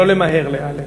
לא למהר להיעלב.